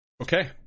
Okay